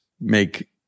make